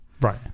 Right